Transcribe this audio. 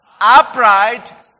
upright